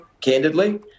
candidly